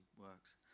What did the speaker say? works